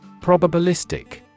Probabilistic